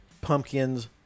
Pumpkins